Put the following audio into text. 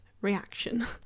reaction